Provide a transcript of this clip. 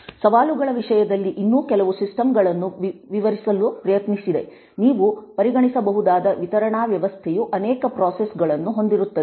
ಸವಾಲುಗಳ ವಿಷಯದಲ್ಲಿ ಇನ್ನೂ ಕೆಲವು ಸಿಸ್ಟಮ್ ಗಳನ್ನು ವಿವರಿಸಲು ಪ್ರಯತ್ನಿಸಿದೆ ನೀವು ಪರಿಗಣಿಸಬಹುದಾದ ವಿತರಣಾ ವ್ಯವಸ್ಥೆಯು ಅನೇಕ ಪ್ರೋಸೆಸ್ಗಳನ್ನು ಹೊಂದಿರುತ್ತದೆ ಮತ್ತು ಈ ಪ್ರೊಸೆಸ್ಗಳಿಗೆ ಹಲವಾರು ಸಂದೇಶಗಳು ಹೋಗಿ ಬರುತ್ತಿರುತ್ತವೆ